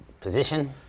position